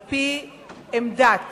על-פי עמדת